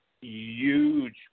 huge